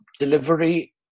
Delivery